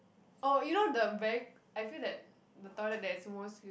oh you know the very I feel that the toilet there is most clean